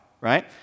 right